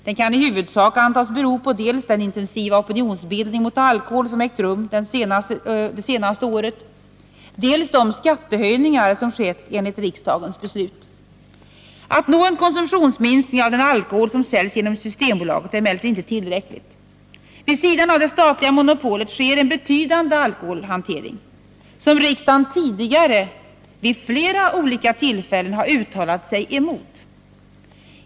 Den kan i huvudsak antas bero på dels den intensiva opinionsbildning mot alkohol som ägt rum det senaste året, dels de skattehöjningar som skett enligt riksdagens beslut. Att nå en konsumtionsminskning av den alkohol som säljs genom Systembolaget är emellertid inte tillräckligt. Vid sidan av det statliga monopolet sker en betydande alkoholhantering, som riksdagen redan tidigare vid flera olika tillfällen har uttalat sig emot.